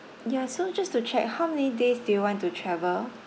ya so just to check how many days do you want to travel